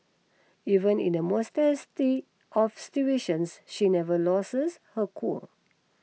even in the most testy of situations she never loses her cool